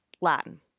Latin